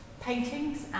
paintings